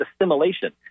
assimilation